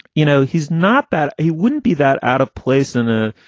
you know, he's not bad. he wouldn't be that out of place in a,